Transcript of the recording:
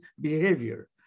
behavior